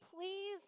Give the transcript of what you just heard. please